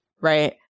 right